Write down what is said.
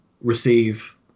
receive